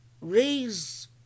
raise